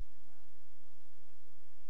ב-7 באוקטובר 2000,